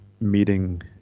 meeting